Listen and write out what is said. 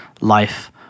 life